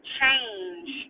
change